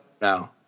no